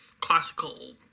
classical